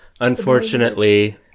unfortunately